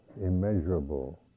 immeasurable